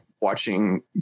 watching